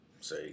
say